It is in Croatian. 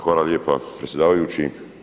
Hvala lijepa predsjedavajući.